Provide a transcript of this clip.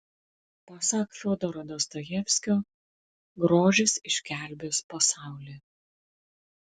pasak fiodoro dostojevskio grožis išgelbės pasaulį